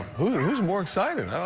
who's more excited?